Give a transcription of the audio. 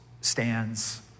stands